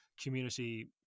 community